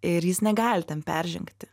ir jis negali ten peržengti